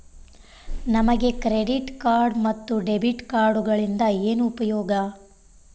ನಮಗೆ credit card ಮತ್ತು debit ಕಾರ್ಡುಗಳಿಂದ ಏನು ಉಪಯೋಗ?